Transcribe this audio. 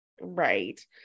Right